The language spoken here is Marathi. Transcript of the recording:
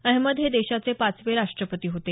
अहमद हे देशाचे पाचवे राष्ट्रपती होते